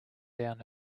down